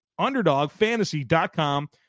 underdogfantasy.com